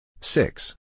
Six